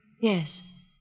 Yes